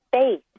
space